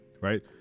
right